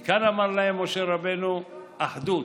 מכאן, אמר להם משה רבנו: אחדות.